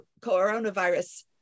coronavirus